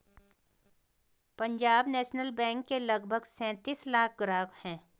Punjab National Bank के लगभग सैंतीस लाख ग्राहक हैं